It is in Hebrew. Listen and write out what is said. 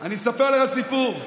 אני אספר לך סיפור.